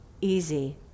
easy